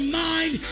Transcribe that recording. mind